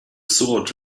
sword